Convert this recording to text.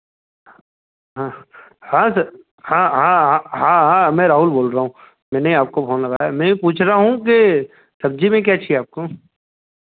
हाँ हाँ सर हाँ हाँ हाँ हाँ हाँ मैं राहुल बोल रहा हूँ मैंने आपको फ़ोन लगाया है मैं यह पूछ रहा हूँ कि सब्ज़ी में क्या चाहिए आपको